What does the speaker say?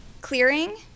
clearing